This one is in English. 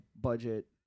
budget